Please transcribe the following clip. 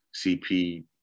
CP